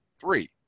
three